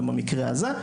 כמו במקרה הזה,